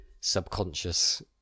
subconscious